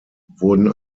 wurden